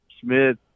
Smith